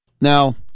Now